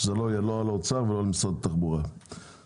זה לא יהיה לא על משרד האוצר ולא על משרד התחבורה אלא על ביטוח לאומי.